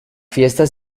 fiesta